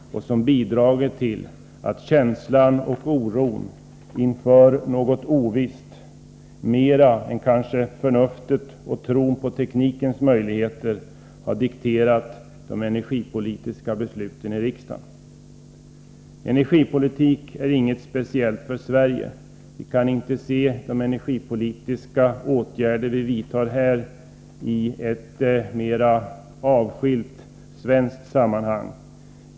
Det har bidragit till att känslor och oro inför något ovisst, kanske mera än förnuftet och tron på teknikens möjligheter, har dikterat de energipolitiska besluten här i riksdagen. Energipolitik är inget speciellt för Sverige. Vi kan inte i ett avskilt svenskt sammanhang se de energipolitiska åtgärder vi vidtar.